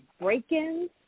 break-ins